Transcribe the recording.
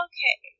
Okay